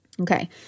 Okay